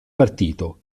partito